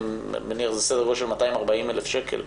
אני מניח שזה סדר גודל של 240,000 שקל.